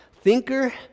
thinker